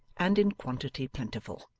and in quantity plentiful.